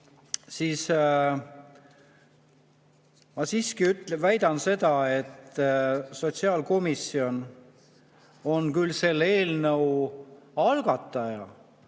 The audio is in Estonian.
siis ma siiski väidan seda, et sotsiaalkomisjon on küll selle eelnõu algataja,